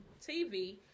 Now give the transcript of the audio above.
TV